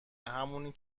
همونی